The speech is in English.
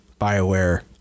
Bioware